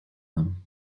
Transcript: them